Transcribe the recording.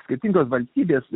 skirtingos valstybės